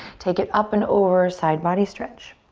take it up and over, side body stretch.